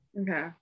Okay